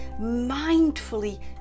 mindfully